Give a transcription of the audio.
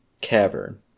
cavern